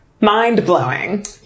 mind-blowing